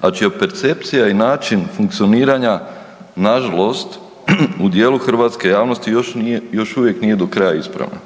a čija percepcija i način funkcioniranja, nažalost u dijelu hrvatske javnosti još uvijek nije do kraja ispravna.